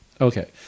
Okay